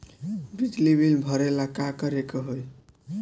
बिजली बिल भरेला का करे के होई?